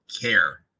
care